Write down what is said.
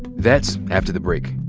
that's after the break.